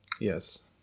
Yes